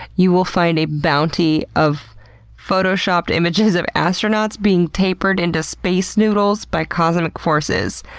you will find a bounty of photoshopped images of astronauts being tapered into space noodles by cosmic forces.